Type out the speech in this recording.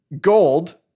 gold